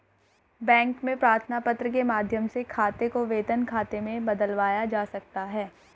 bank में प्रार्थना पत्र के माध्यम से खाते को वेतन खाते में बदलवाया जा सकता है